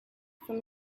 from